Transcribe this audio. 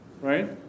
right